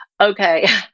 okay